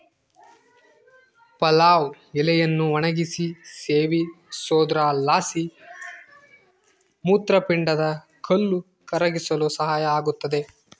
ಪಲಾವ್ ಎಲೆಯನ್ನು ಒಣಗಿಸಿ ಸೇವಿಸೋದ್ರಲಾಸಿ ಮೂತ್ರಪಿಂಡದ ಕಲ್ಲು ಕರಗಿಸಲು ಸಹಾಯ ಆಗುತ್ತದೆ